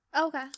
Okay